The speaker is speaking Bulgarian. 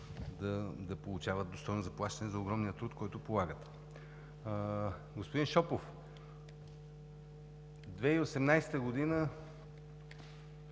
да получават достойно заплащане за огромния труд, който полагат. Господин Шопов, Галерията